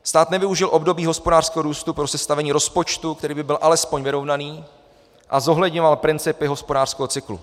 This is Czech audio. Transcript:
Stát nevyužil období hospodářského růstu pro sestavení rozpočtu, který by byl alespoň vyrovnaný a zohledňoval principy hospodářského cyklu.